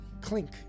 clink